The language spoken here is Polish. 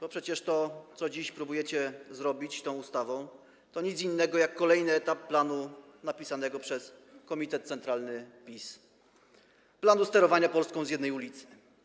Bo przecież to, co próbujecie dziś zrobić tą ustawą, to nic innego jak kolejny etap planu napisanego przez komitet centralny PiS, planu sterowania Polską z jednej ulicy.